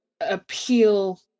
appeal